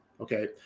okay